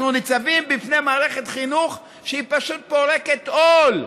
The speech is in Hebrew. אנחנו ניצבים בפני מערכת חינוך שהיא פשוט פורקת עול,